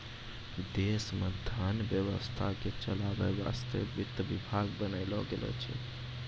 देश मे धन व्यवस्था के चलावै वासतै वित्त विभाग बनैलो गेलो छै